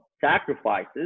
sacrifices